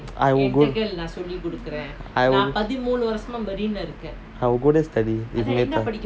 I will go I will I will go there study with matar